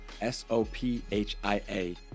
S-O-P-H-I-A